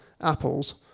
apples